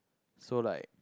so like